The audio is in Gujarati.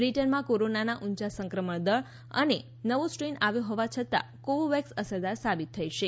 બ્રિટનમાં કોરોનાના ઉંચા સંક્રમણ દર અને નવો સ્ટ્રેન આવ્યો હોવા છતાં કોવોવેક્સ અસરદાર સાબિત થઇ છે